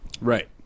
Right